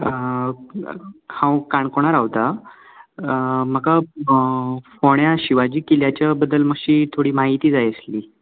हांव काणकोणा रावतां म्हाका फोण्या शिवाजी किल्ल्याच्या बद्दल थोडी मातशी म्हायती जाय आसली